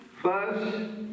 First